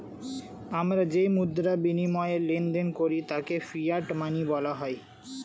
আমরা যেই মুদ্রার বিনিময়ে লেনদেন করি তাকে ফিয়াট মানি বলা হয়